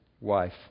wife